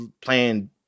playing